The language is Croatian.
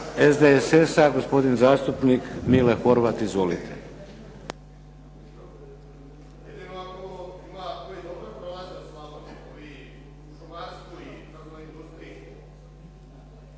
SDSS-a gospodin zastupnik Mile Horvat. Izvolite.